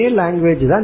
language